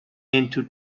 into